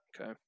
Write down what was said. Okay